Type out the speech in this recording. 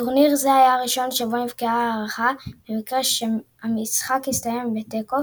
טורניר זה היה הראשון שבו נקבעה הארכה במקרה שהמשחק הסתיים בתיקו,